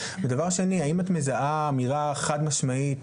כן -- ודבר שני האם את מזהה אמירה חד משמעית